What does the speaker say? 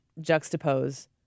juxtapose